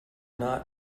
not